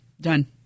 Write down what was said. Done